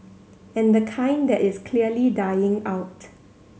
and the kind that is clearly dying out